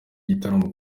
gitaramo